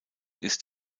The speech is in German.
ist